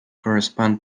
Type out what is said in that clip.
correspond